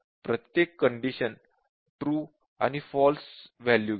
प्रत्येक condition true आणि false value घेते